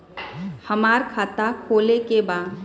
हमार खाता खोले के बा?